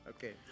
Okay